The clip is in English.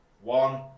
one